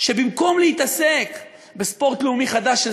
שבמקום להתעסק בספורט לאומי חדש של